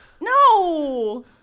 No